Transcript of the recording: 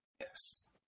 Yes